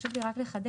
חשוב לי רק לחדד